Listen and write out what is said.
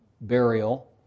burial